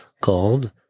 called